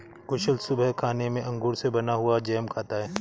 कुशल सुबह खाने में अंगूर से बना हुआ जैम खाता है